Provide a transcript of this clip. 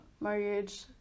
marriage